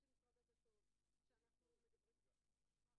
5 בנובמבר 2018, כ"ז בחשוון